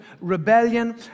rebellion